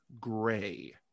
gray